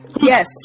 Yes